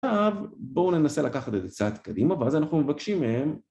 עכשיו, בואו ננסה לקחת את זה צעד קדימה, ואז אנחנו מבקשים מהם...